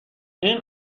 این